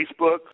Facebook